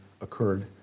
occurred